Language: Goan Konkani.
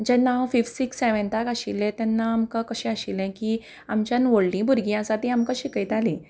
जेन्ना हांव फिफ्थ सिक्स्त सेवेन्ताक आशिल्ले तेन्ना आमकां कशें आशिल्लें की आमच्यान व्हडली भुरगीं आसा ती आमकां शिकयताली